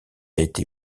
été